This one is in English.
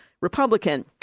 Republican